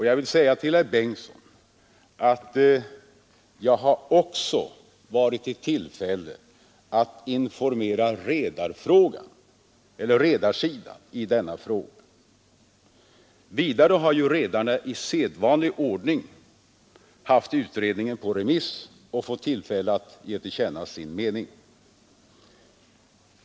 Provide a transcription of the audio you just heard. Jag vill säga till herr Torsten Bengtson att jag också har varit i tillfälle att informera redarsidan i denna fråga. Vidare har ju redarna i sedvanlig ordning haft utredningen på remiss och fått tillfälle att ge till känna sin mening.